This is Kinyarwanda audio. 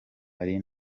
ari